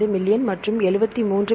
55 million மற்றும் இது 73